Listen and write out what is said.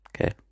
Okay